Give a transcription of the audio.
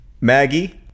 Maggie